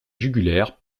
jugulaires